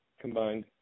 combined